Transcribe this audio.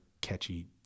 catchy